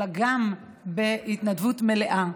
אלא גם בהתנדבות מלאה.